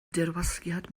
dirwasgiad